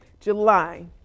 July